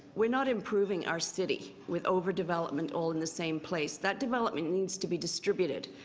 we're not improving our city with over development all in the same place. that development needs to be distributed.